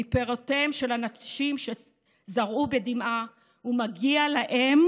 מפירותיהם של אנשים שזרעו בדמעה ומגיע להם